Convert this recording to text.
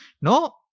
No